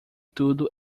tudo